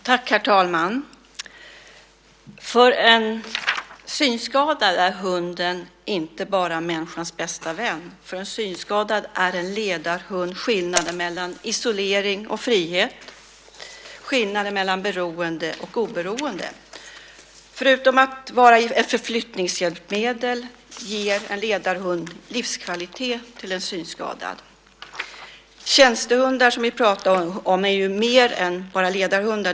Herr talman! För en synskadad är hunden inte bara människans bästa vän. För en synskadad är en ledarhund skillnaden mellan isolering och frihet, skillnaden mellan beroende och oberoende. Förutom att vara ett förflyttningshjälpmedel ger en ledarhund livskvalitet till en synskadad. De tjänstehundar som vi talar om är mer än bara ledarhundar.